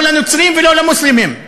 לא לנוצרים ולא למוסלמים.